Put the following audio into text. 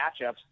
matchups